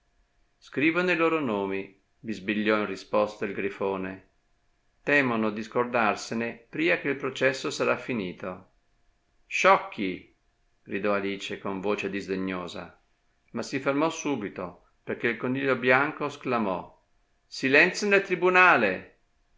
scrivono i loro nomi bisbigliò in risposta il grifone temono di scordarsene pria che il processo sarà finito sciocchi gridò alice con voce disdegnosa ma si fermò subito perchè il coniglio bianco sclamò silenzio nel tribunale